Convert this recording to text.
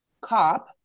cop